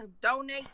donate